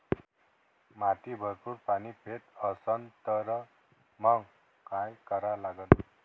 माती भरपूर पाणी पेत असन तर मंग काय करा लागन?